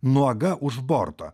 nuoga už borto